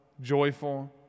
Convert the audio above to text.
joyful